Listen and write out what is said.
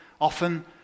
often